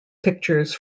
pictures